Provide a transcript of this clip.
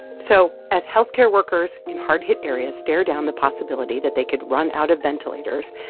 so as health care workers in hard-hit areas stare down the possibility that they could run out of ventilators,